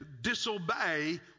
disobey